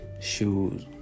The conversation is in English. Shoes